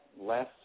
less